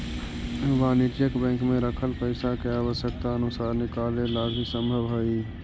वाणिज्यिक बैंक में रखल पइसा के आवश्यकता अनुसार निकाले ला भी संभव हइ